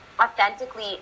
authentically